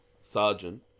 sergeant